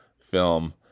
film